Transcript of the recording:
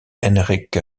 henrik